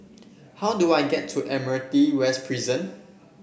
how do I get to Admiralty West Prison